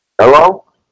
hello